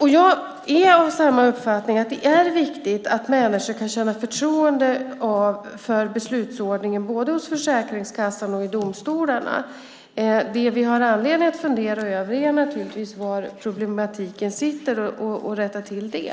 Jag är av samma uppfattning som interpellanten att det är viktigt att människor känner förtroende för beslutsordningen både hos Försäkringskassan och i domstolarna. Det vi har anledning att fundera över är naturligtvis var problematiken sitter och rätta till det.